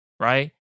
Right